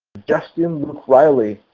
justin riley,